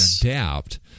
adapt